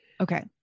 Okay